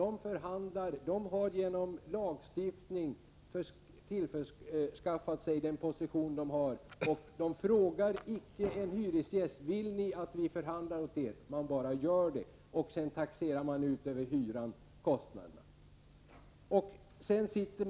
Förbundet har genom lagstiftning tillförskaffat sig den position som det har. Man frågar icke en hyresgäst om denne vill att man skall förhandla för honom, utan man bara gör det. Sedan taxerar man över hyran ut kostnaderna härför.